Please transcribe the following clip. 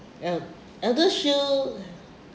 eld~ ElderShield